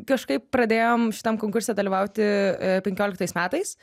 kažkaip pradėjom šitam konkurse dalyvauti penkioliktais metais